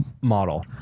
model